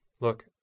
Look